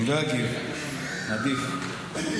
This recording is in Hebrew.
הוא ילד טוב.